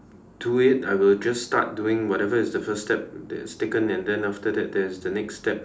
do it I will just start doing whatever is the first step that's taken and then after that there's the next step